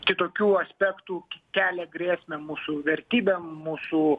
kitokių aspektų kelia grėsmę mūsų vertybėm mūsų